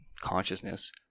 consciousness